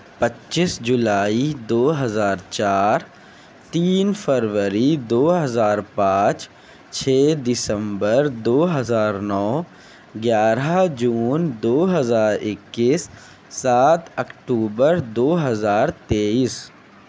پچیس جولائی دو ہزار چار تین فروری دو ہزار پانچ چھ دسمبر دو ہزار نو گیارہ جون دو ہزار اکیس سات اکٹوبر دو ہزار تئیس